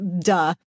duh